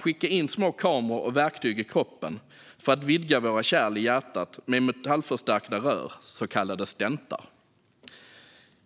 skicka in små kameror och verktyg i kroppen för att vidga våra kärl i hjärtat med metallförstärkta rör, så kallade stentar.